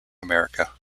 america